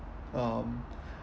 um